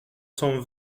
cent